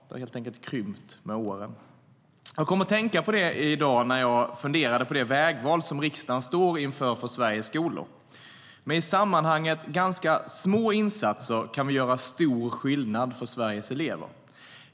Det har helt enkelt krympt med åren. Jag kom att tänka på det i dag när jag funderade på det vägval som riksdagen står inför för Sveriges skolor. Med i sammanhanget ganska små insatser kan vi göra stor skillnad för Sveriges elever.